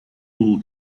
all